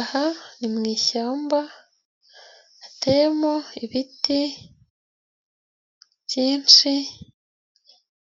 Aha ni mu ishyamba. Hatemo ibiti byinshi